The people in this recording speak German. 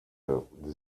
sagte